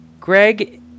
Greg